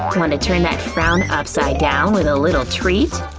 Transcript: wanna turn that frown upside down with a little treat?